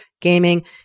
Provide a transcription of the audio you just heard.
gaming